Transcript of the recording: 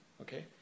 Okay